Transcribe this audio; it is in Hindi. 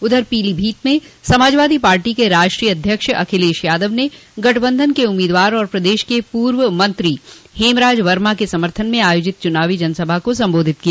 उधर पीलीभीत में समाजवादी पार्टी के राष्ट्रीय अध्यक्ष अखिलेश यादव ने गठबंधन के उम्मीदवार और प्रदेश के पूर्व मंत्री हेमराज वर्मा के समर्थन में आयोजित चूनावी जनसभा को संबोधित किया